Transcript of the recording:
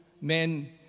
men